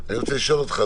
לשאול אותך.